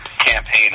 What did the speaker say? Campaign